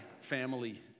family